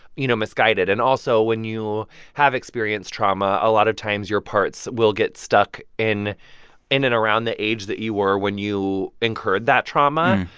you know, misguided. and also, when you have experienced trauma, a lot of times your parts will get stuck in in and around the age that you were when you incurred that trauma.